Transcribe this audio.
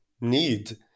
need